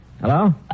Hello